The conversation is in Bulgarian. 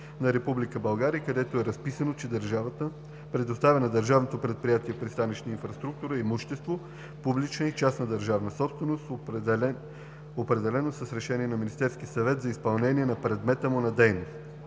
България, където е разписано, че държавата предоставя на Държавно предприятие „Пристанищна инфраструктура“ имущество – публична и частна държавна собственост, определено с решение на Министерския съвет, за изпълнение на предмета му на дейност.